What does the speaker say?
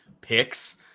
picks